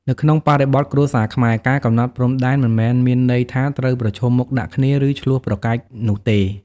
នៅក្នុងបរិបទគ្រួសារខ្មែរ ការកំណត់ព្រំដែន មិនមែនមានន័យថាត្រូវប្រឈមមុខដាក់គ្នា ឬឈ្លោះប្រកែកនោះទេ។